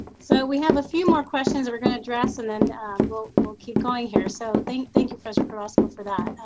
so we have a few more questions we're going to address. and then we'll we'll keep going here. so thank thank you, professor probasco, for that.